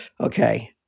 okay